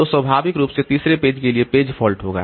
तो स्वाभाविक रूप से तीसरे पेज के लिए पेज फॉल्ट होगा